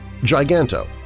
Giganto